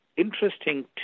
interesting